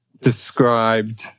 described